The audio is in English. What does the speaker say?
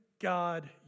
God